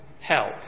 help